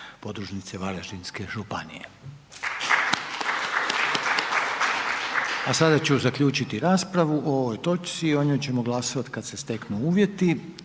podružnice Varaždinske županije. …/Pljesak/… A sada ću zaključiti raspravu o ovoj točci, o njoj ćemo glasovat kad se steknu uvjeti.